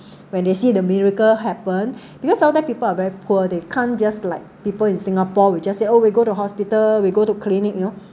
when they see the miracle happened because sometimes people are very poor they can't just like people in singapore we'll just say oh we go to hospital we go to clinic you know